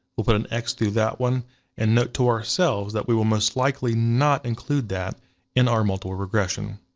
we'll put an x through that one and note to ourselves that we will most likely not include that in our multiple regression.